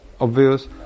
obvious